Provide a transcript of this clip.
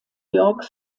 york